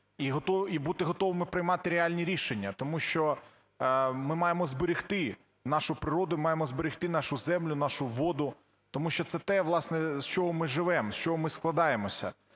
і бути готовими приймати реальні рішення, тому що ми маємо зберегти нашу природу, ми маємо зберегти нашу землю, нашу воду, тому що це те, власне, з чого ми живемо, з чого ми складаємося.